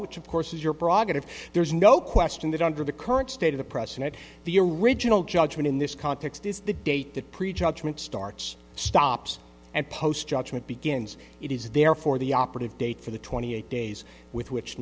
which of course is your prerogative there is no question that under the current state of the president the original judgment in this context is the date that prejudgment starts stops and posts judgment begins it is therefore the operative date for the twenty eight days with which